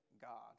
God